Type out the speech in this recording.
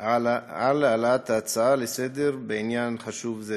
על העלאת הצעה לסדר-היום בעניין חשוב זה.